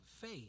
faith